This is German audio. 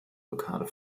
blockade